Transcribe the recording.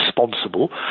responsible